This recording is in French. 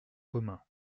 comin